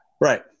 right